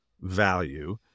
value